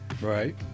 Right